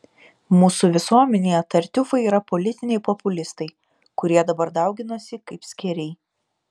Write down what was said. mūsų visuomenėje tartiufai yra politiniai populistai kurie dabar dauginasi kaip skėriai